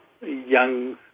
young